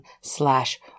slash